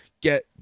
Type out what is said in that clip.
get